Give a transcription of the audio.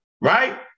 right